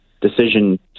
decision